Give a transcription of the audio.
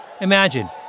Imagine